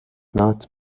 not